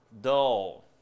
dull